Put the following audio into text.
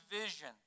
vision